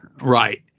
Right